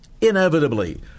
inevitably –